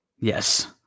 Yes